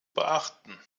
beachten